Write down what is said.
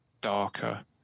darker